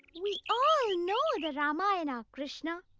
we all know the ramayana, krishna.